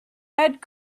add